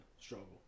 struggle